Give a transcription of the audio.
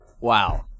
Wow